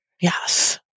yes